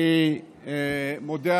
מכובדיי, תודה.